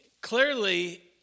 clearly